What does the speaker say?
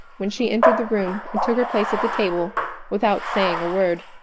when she entered the room and took her place at the table without saying a word.